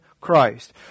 Christ